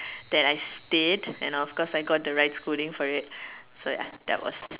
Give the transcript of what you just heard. that I stayed and of course I got the right scolding for it so ya that was